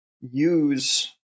use